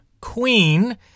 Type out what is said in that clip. queen